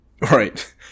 Right